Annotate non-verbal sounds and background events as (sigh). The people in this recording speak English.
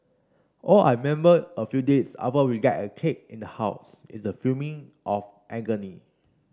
all I member a few days after we get a cake in the house is the (unintelligible) of agony